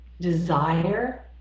desire